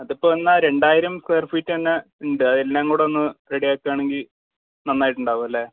അതിപ്പോൾ എന്നാ രണ്ടായിരം സ്ക്വയർ ഫീറ്റ് തന്നെ ഉണ്ട് അത് എല്ലാം കൂടെ ഒന്ന് റെഡി ആകുവാണെങ്കിൽ നന്നായിട്ടുണ്ടാവും അല്ലേ